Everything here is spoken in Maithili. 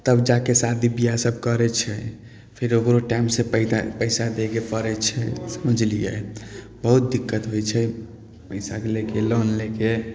तब जा कऽ शादी ब्याहसभ करै छै फेर ओकरो टाइमसँ पैदा पैसा दै के पड़ै छै समझलियै बहुत दिक्कत होइ छै पैसाके लै के लोन लै के